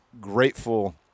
grateful